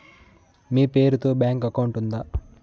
మీ పేరు తో bank account ఉందా?